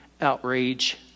outrage